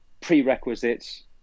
prerequisites